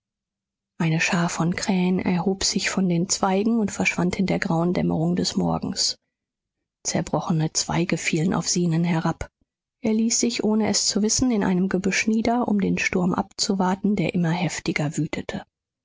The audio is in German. eine schar von krähen erhob sich von den zweigen und verschwand in der grauen dämmerung des morgens zerbrochene zweige fielen auf zenon herab er ließ sich ohne es zu wissen in einem gebüsch nieder um den sturm abzuwarten der immer heftiger wütete